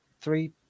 three